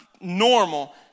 normal